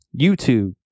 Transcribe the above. YouTube